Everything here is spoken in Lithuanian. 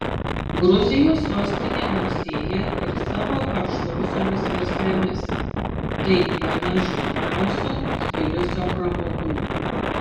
gruzijos sostinė garsėja ir savo karštosiomis versmėmis tai viena žinomiausių tbilisio pramogų